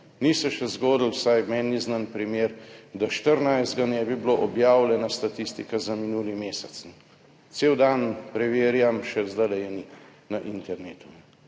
Ni se še zgodilo, vsaj meni ni znan primer, da 14. ne bi bila objavljena statistika za minuli mesec. Cel dan preverjam, še zdajle je ni na internetu.